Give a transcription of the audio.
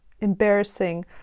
embarrassing